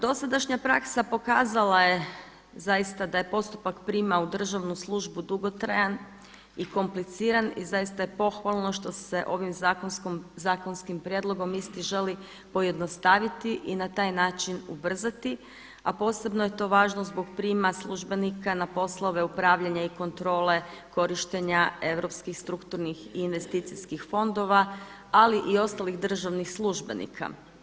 Dosadašnja praksa pokazala je zaista da je postupak prijema u državnu službu dugotrajan i kompliciran i zaista je pohvalno što se ovim zakonskim prijedlogom isti želi pojednostaviti i na taj način ubrzati, a posebno je to važno zbog prijema službenika na poslove upravljanja i kontrole korištenja europskih strukturnih i investicijskih fondova, ali i ostalih državnih službenika.